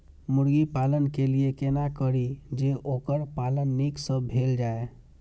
मुर्गी पालन के लिए केना करी जे वोकर पालन नीक से भेल जाय?